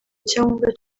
icyangombwa